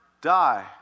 die